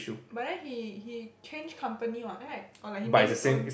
but then he he change company what right or like he make his own